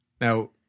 now